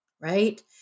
right